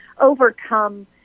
overcome